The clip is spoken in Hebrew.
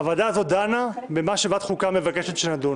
הוועדה הזאת דנה במה שוועדת חוקה מבקשת שנדון.